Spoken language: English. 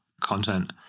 content